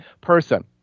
person